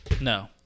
No